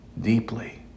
deeply